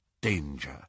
danger